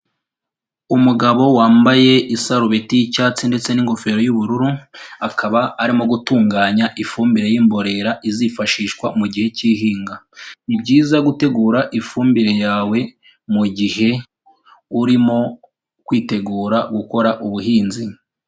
Umugabo wambaye isarubeti y'icyatsi ndetse n'ingofero y'ubururu, akaba arimo gutunganya ifumbire y'imborera izifashishwa mu gihe cy'ihinga. Ni byiza gutegura ifumbire yawe mu gihe urimo kwitegura gukora ubuhinzi.